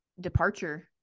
departure